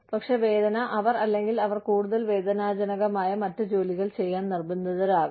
പക്ഷേ വേദന അവർ അല്ലെങ്കിൽ അവർ കൂടുതൽ വേദനാജനകമായ മറ്റ് ജോലികൾ ചെയ്യാൻ നിർബന്ധിതരാകാം